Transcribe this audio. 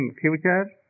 future